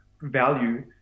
value